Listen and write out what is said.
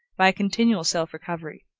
by a continual self-recovery,